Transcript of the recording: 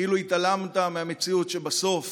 כאילו התעלמת מהמציאות שבה בסוף